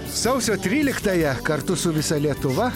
sausio tryliktąją kartu su visa lietuva